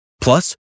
Plus